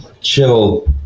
chill